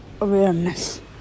awareness